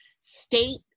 state